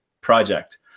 project